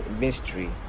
mystery